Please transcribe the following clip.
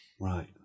Right